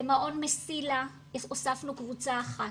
במעון 'מסילה' הוספנו קבוצה אחת,